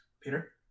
Peter